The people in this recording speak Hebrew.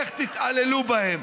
איך תתעללו בהם.